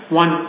one